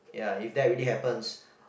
ya if that really happens